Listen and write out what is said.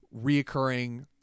reoccurring